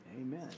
Amen